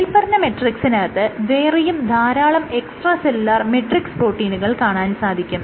മേല്പറഞ്ഞ മെട്രിക്സിനകത്ത് വേറെയും ധാരാളം എക്സ്ട്രാ സെല്ലുലാർ മെട്രിക്സ് പ്രോട്ടീനുകൾ കാണാൻ സാധിക്കും